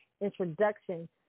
introduction